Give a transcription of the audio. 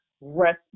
rest